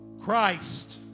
Christ